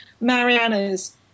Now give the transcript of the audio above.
Mariana's